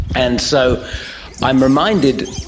and so i'm reminded,